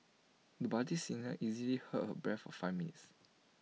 the budding singer easily held her breath for five minutes